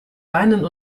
beinen